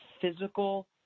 physical